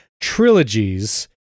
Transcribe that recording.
trilogies